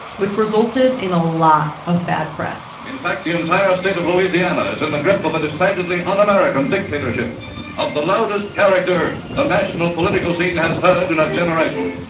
which resulted in a lot of bad press in fact, the entire state of louisiana is in the grip of a decidedly un-american dictatorship of the loudest character the national political scene has heard in a generation.